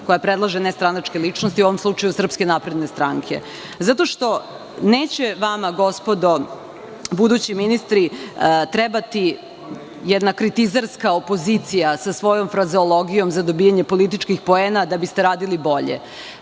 koja predlaže nestranačke ličnosti, a u ovom slučaju SNS. Zato što neće vama, gospodo budući ministri, trebati jedna kritizerska opozicija sa svojom frazeologijom za dobijanje političkih poena da biste radili bolje,